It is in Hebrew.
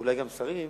ואולי גם של שרים,